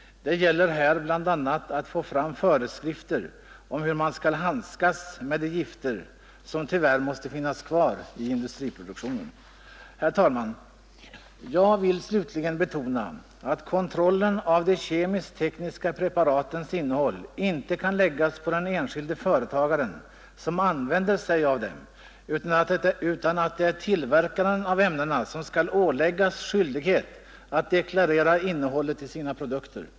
Det gäller här bl.a. att få fram föreskrifter om hur man skall handskas med de gifter som tyvärr måste finnas kvar i industriproduktionen. Herr talman! Jag vill slutligen betona att kontrollen av de kemiskttekniska preparatens innehåll inte kan läggas på den enskilde företagaren som använder sig av dem utan att det är tillverkaren av ämnena som skall åläggas skyldighet att deklarera innehållet i sina produkter.